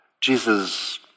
Jesus